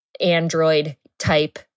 android-type